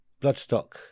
Bloodstock